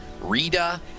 Rita